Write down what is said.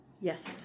yes